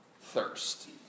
thirst